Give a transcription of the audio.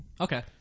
Okay